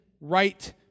right